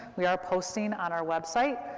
we are posting on our website.